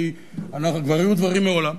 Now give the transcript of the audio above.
הרי כבר היו דברים מעולם,